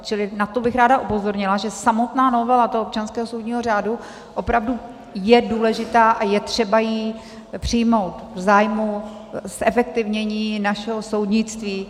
Čili na to bych ráda upozornila, že samotná novela občanského soudního řádu opravdu je důležitá a je třeba ji přijmout v zájmu zefektivnění našeho soudnictví.